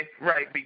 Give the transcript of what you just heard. Right